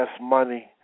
money